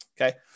Okay